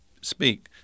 speak